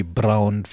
brown